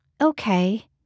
okay